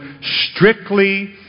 strictly